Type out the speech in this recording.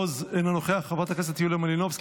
חברת הכנסת נעמה לזימי,